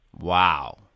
Wow